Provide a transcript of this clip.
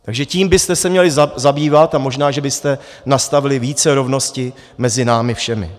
Takže tím byste se měli zabývat a možná že byste nastavili více rovnosti mezi námi všemi.